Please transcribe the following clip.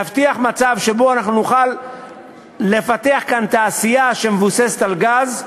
להבטיח מצב שבו אנחנו נוכל לפתח כאן תעשייה שמבוססת על גז.